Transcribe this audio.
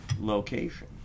location